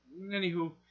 Anywho